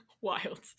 Wild